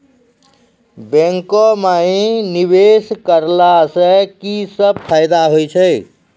बैंको माई निवेश कराला से की सब फ़ायदा हो छै?